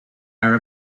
are